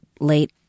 late